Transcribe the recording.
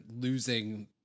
losing